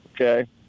Okay